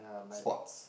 sports